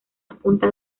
apunta